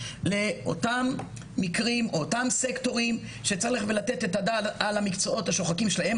לאותם סקטורים שצריך לתת את הדעת על המקצועות השוחקים שלהם.